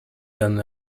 than